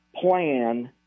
plan